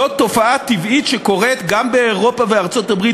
זו תופעה טבעית שקורית גם באירופה ובארצות-הברית,